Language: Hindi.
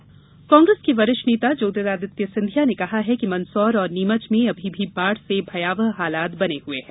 सिधिया शिवराज बयान कांग्रेस के वरिष्ठ नेता ज्योतिर्रादित्य सिंधिया ने कहा है कि मंदसौर और नीमच में अभी भी बाढ़ से भयावह हालात बने हुए है